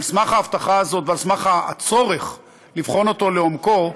על סמך ההבטחה הזאת ועל סמך הצורך לבחון אותו לעומקו,